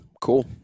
cool